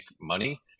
money